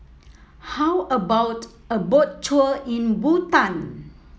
how about a Boat Tour in Bhutan